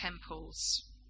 temples